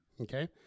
Okay